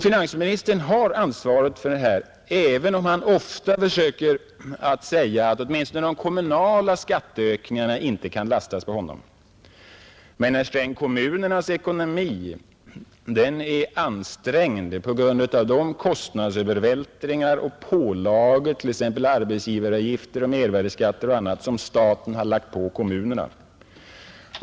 Finansministern har ansvaret för denna utveckling, även om han ofta försöker att säga att åtminstone de kommunala skatteökningarna inte kan lastas på honom. Men, herr Sträng, kommunernas ekonomi är ansträngd på grund av kostnadsövervältringar och pålagor, t.ex. arbetsgivaravgifter, mervärdeskatter och annat, som staten har lagt på kommunerna.